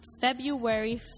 February